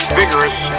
vigorous